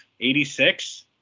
86